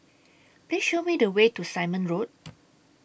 Please Show Me The Way to Simon Road